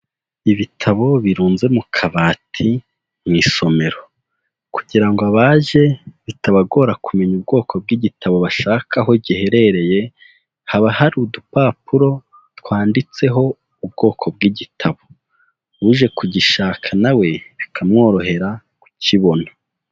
Ibitabo birunze mu kabati mu isomero kugira ngo abaje bitabagora kumenya ubwoko bw'igitabo bashaka aho giherereye, haba hari udupapuro twanditseho ubwoko bw'igitabo, uje kugishaka na we bikamworohera kukibona.